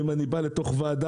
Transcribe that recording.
האם אני בא לתוך ועדה?